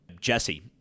Jesse